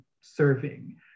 serving